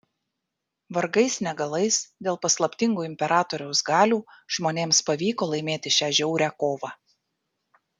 vargais negalais dėl paslaptingų imperatoriaus galių žmonėms pavyko laimėti šią žiaurią kovą